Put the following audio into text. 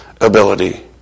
ability